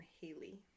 Haley